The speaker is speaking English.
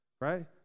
right